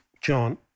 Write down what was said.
John